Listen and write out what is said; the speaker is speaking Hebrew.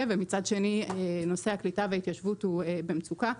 ומצד שני נושא הקליטה וההתיישבות הוא במצוקה.